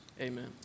Amen